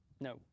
No